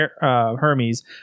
Hermes